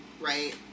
right